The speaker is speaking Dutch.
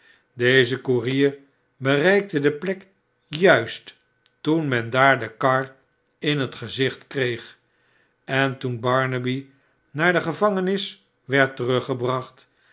deze koerier bereikte de plek juist toen men daar de kar in het gezicht kreeg en toen barnaby naar de gevangenis werd teruggebracht